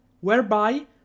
whereby